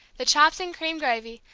the chops and cream gravy,